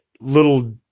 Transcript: little